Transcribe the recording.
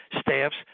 staffs